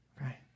right